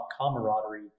camaraderie